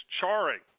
charring